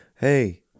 hey